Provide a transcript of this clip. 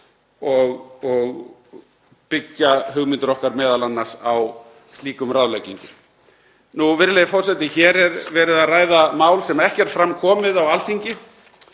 og byggja hugmyndir okkar m.a. á slíkum ráðleggingum. Virðulegi forseti. Hér er verið að ræða mál sem ekki er fram komið á Alþingi,